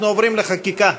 אנחנו עוברים לחקיקה.